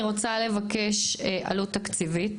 אני רוצה לבקש עלות תקציבית